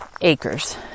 acres